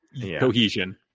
Cohesion